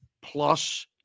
plus